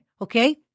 okay